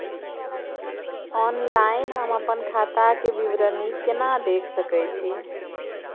Online हम अपन खाता के विवरणी केना देख सकै छी?